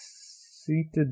seated